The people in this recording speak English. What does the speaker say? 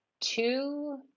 two